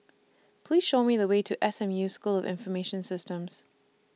Please Show Me The Way to S M U School of Information Systems